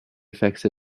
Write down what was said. effects